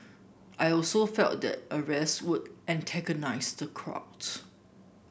I also felt that arrest would antagonise the crowd